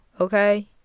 okay